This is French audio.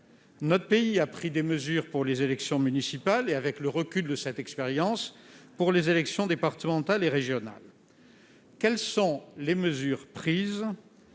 Notre pays a pris des mesures pour les élections municipales et, avec le recul de cette expérience, pour les élections départementales et régionales. Quelles sont les mesures prises